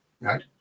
right